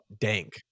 dank